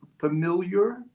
familiar